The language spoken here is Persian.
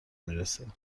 میرسه